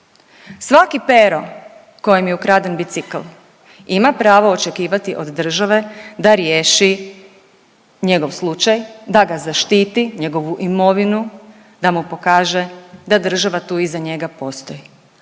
svaki Pero koje je ukraden bicikl ima pravo očekivati od države da riješi njegov slučaj, da ga zaštiti njegovu imovinu, da mu pokaže da država tu i za njega postoji,